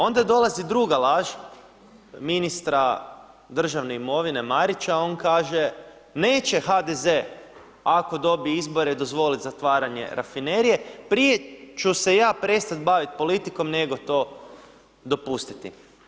Onda dolazi druga laž ministra državne imovine Marića on kaže neće HDZ ako dobi izbore dozvolit zatvaranje rafinerije, prije ću se ja prestat bavit politikom nego to dopustiti.